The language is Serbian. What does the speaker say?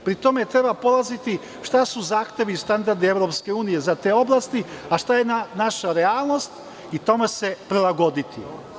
Pri tome treba polaziti šta su zahtevi i standardi EU za te oblasti, a šta je naša realnost i tome se prilagoditi.